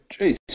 Jeez